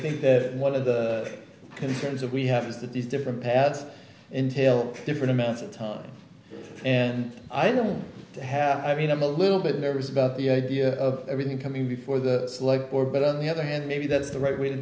think that one of the concerns of we have is that these different paths entailed different amounts of time and i don't have i mean i'm a little bit nervous about the idea of everything coming before the slug board but on the other hand maybe that's the right way to